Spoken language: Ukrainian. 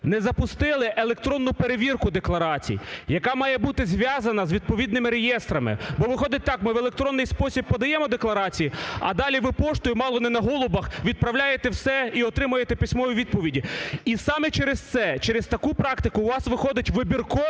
не запустили електронну перевірку декларацій, яка має бути зв'язана з відповідними реєстрами? Бо виходить так, ми в електронний спосіб подаємо декларації, а далі ви поштою мало не голубах відправляєте все і отримуєте письмові відповіді. І саме через це, через таку практику, у вас виходить вибіркова